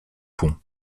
ponts